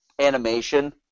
animation